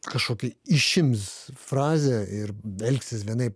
kažkokią išims frazę ir elgsis vienaip